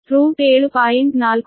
ಆದ್ದರಿಂದ ರೂಟ್ 7